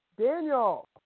Daniel